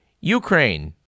Ukraine